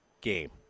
game